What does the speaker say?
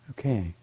Okay